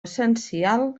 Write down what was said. essencial